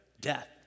death